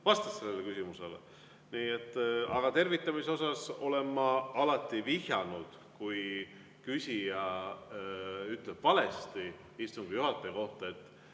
vastas sellele küsimusele. Aga tervitamise kohta olen ma alati vihjanud, kui küsija ütleb valesti istungi juhataja kohta –